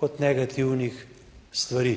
kot negativnih stvari.